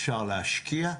אפשר להשקיע,